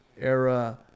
era